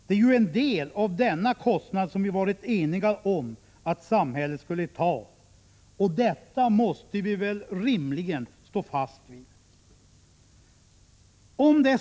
Det är ju en del av denna kostnad som vi varit eniga om att samhället skulle ta, och detta måste vi väl rimligen stå fast vid.